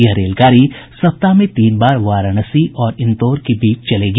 यह रेलगाड़ी सप्ताह में तीन बार वाराणसी और इंदौर के बीच चलेगी